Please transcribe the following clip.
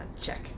check